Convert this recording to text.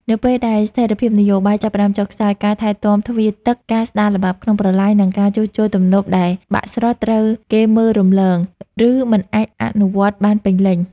នៅពេលដែលស្ថិរភាពនយោបាយចាប់ផ្ដើមចុះខ្សោយ ការថែទាំទ្វារទឹក ការស្ដារល្បាប់ក្នុងប្រឡាយ និងការជួសជុលទំនប់ដែលបាក់ស្រុត ត្រូវបានគេមើលរំលង ឬមិនអាចអនុវត្តបានពេញលេញ។